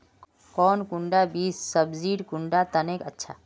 कौन कुंडा बीस सब्जिर कुंडा तने अच्छा?